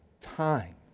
time